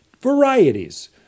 varieties